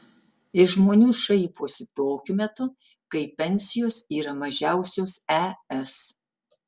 iš žmonių šaiposi tokiu metu kai pensijos yra mažiausios es